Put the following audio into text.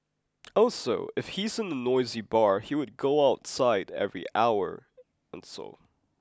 also if he is in a noisy bar he would go outside every hour or so